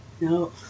No